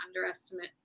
underestimate